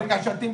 ברגע שאתם